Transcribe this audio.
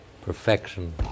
perfection